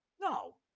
No